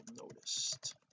noticed